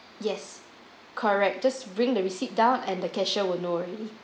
yes correct just bring the receipt down at the cashier will known already